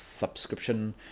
Subscription